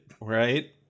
right